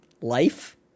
life